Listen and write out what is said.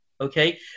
okay